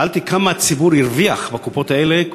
שאלתי כמה הציבור הרוויח בקופות האלה,